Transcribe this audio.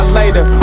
later